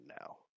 now